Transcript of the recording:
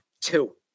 Two